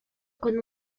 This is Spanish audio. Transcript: con